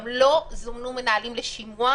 גם לא זומנו מנהלים לשימוע,